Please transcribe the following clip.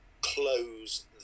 close